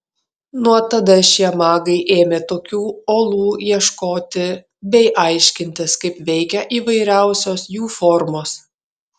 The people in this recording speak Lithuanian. nuo tada šie magai ėmė tokių olų ieškoti bei aiškintis kaip veikia įvairiausios jų formos